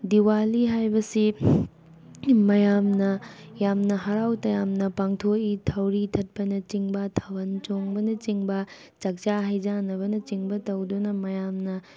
ꯗꯤꯋꯥꯂꯤ ꯍꯥꯏꯕꯁꯤ ꯃꯌꯥꯝꯅ ꯌꯥꯝꯅ ꯍꯔꯥꯎ ꯇꯌꯥꯝꯅ ꯄꯥꯡꯊꯣꯛꯏ ꯊꯧꯔꯤ ꯊꯠꯄꯅꯆꯤꯡꯕ ꯊꯥꯕꯜ ꯆꯣꯡꯕꯅꯆꯤꯡꯕ ꯆꯥꯛꯆꯥ ꯍꯩ ꯆꯥꯟꯅꯕꯅꯆꯤꯡꯕ ꯇꯧꯗꯨꯅ ꯃꯌꯥꯝꯅ